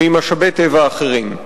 ממשאבי טבע אחרים.